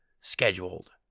scheduled